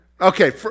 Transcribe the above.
Okay